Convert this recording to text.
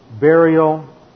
burial